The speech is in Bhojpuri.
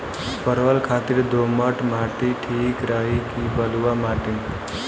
परवल खातिर दोमट माटी ठीक रही कि बलुआ माटी?